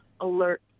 alert